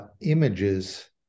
images